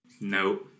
No